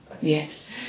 Yes